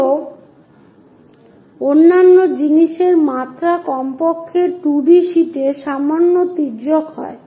যদিও অন্যান্য জিনিসের মাত্রা কমপক্ষে 2 ডি শীটে সামান্য তির্যক হয়